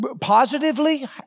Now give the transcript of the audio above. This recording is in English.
positively